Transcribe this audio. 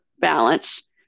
balance